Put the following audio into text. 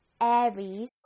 Aries